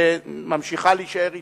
שממשיכה להישאר אתנו,